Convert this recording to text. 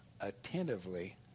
attentively